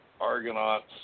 Argonauts